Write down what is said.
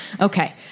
Okay